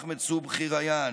אחמד סובחי ריאן,